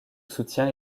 soutien